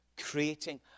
creating